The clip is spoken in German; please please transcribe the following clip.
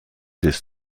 des